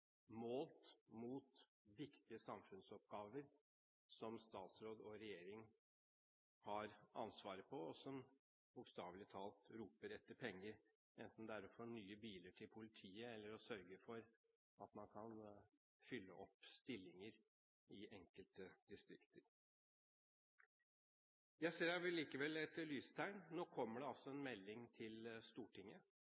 målt mot viktige samfunnsoppgaver som statsråd og regjering har ansvaret for, og som bokstavelig talt roper etter penger – enten det er å få nye biler til politiet eller å sørge for at man kan fylle opp stillinger i enkelte distrikter. Jeg ser likevel tegn til lys. Nå kommer det altså en